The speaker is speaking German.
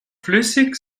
flüssig